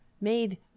made